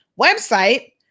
website